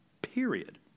Period